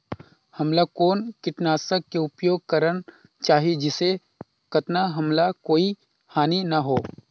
हमला कौन किटनाशक के उपयोग करन चाही जिसे कतना हमला कोई हानि न हो?